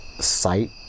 sight